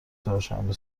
چهارشنبه